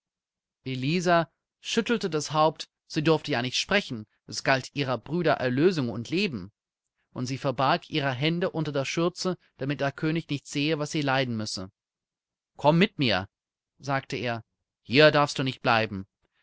elisa schüttelte das haupt sie durfte ja nicht sprechen es galt ihrer brüder erlösung und leben und sie verbarg ihre hände unter der schürze damit der könig nicht sehe was sie leiden müsse komm mit mir sagte er hier darfst du nicht bleiben